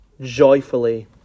joyfully